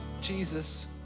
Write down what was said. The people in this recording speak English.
Jesus